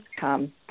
come